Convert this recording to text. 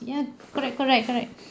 ya correct correct correct